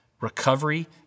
recovery